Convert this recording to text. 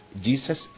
Jesus